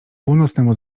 północnemu